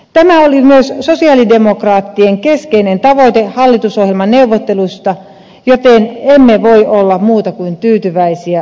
tämä oli myös sosialidemokraattien keskeinen tavoite hallitusohjelmaneuvotteluissa joten emme voi olla muuta kuin tyytyväisiä lopputulokseen